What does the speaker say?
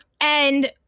and-